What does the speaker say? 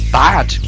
bad